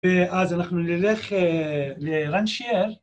‫ואז אנחנו נלך לרנצ'ייר.